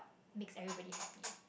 makes everybody happy